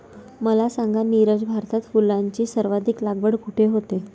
मला सांगा नीरज, भारतात फुलांची सर्वाधिक लागवड कुठे होते?